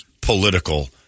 political